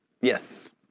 Yes